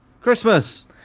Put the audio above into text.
Christmas